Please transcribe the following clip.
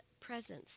presence